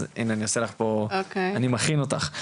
אז הנה אני מכין אותך.